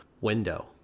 window